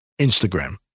Instagram